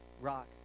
rock